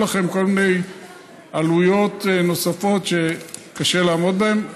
לכם כל מיני עלויות נוספות שקשה לעמוד בהן.